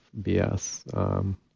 BS